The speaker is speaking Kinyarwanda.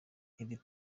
iri